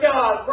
God